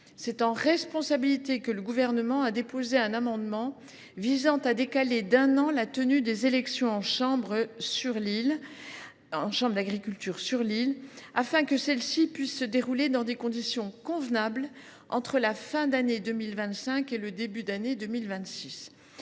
c’est en responsabilité que le Gouvernement a déposé un amendement visant à décaler d’un an la tenue des élections à la chambre d’agriculture de Mayotte, afin que celles ci puissent se dérouler dans des conditions convenables entre la fin de l’année 2025 et le début de l’année